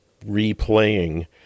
replaying